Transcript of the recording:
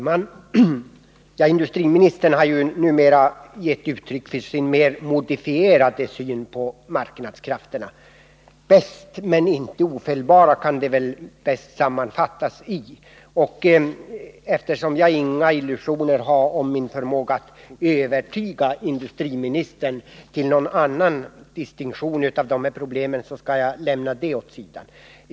Herr talman! Industriministern har nu gett uttryck för sin mer modifierade syn på marknadskrafterna. Bäst men inte ofelbara kan väl sammanfattningen bli. Eftersom jag inga illusioner har om min förmåga att övertyga industriministern om någon annan syn på de här problemen skall jag lämna det åt sidan.